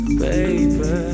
baby